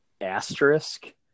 asterisk